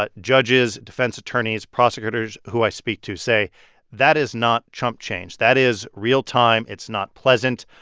but judges, defense attorneys, prosecutors who i speak to say that is not chump change that is real time. it's not pleasant.